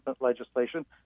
legislation